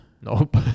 Nope